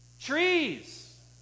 trees